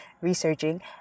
researching